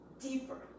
deeper